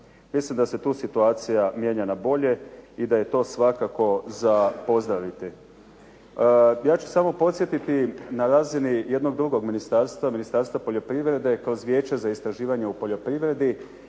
Mislim da se tu situacija mijenja na bolje i da je to svakako za pozdraviti. Ja ću samo podsjetiti na razini jednog drugog ministarstva Ministarstva poljoprivrede kroz Vijeće za istraživanje u poljoprivredi